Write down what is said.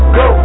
go